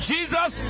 Jesus